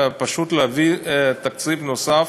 פשוט להביא תקציב נוסף,